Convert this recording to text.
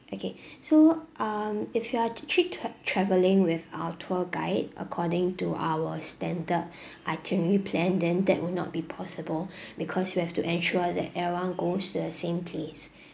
okay so um if you are travelling with our tour guide according to our standard itinerary plan then that would not be possible because we have to ensure that everyone goes to the same place